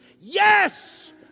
Yes